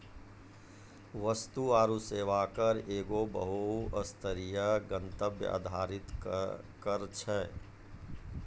वस्तु आरु सेवा कर एगो बहु स्तरीय, गंतव्य आधारित कर छै